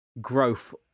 growth